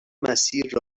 مسیر